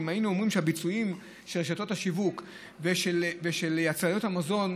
אם היינו אומרים שהביצועים של רשתות השיווק ושל יצרניות המזון,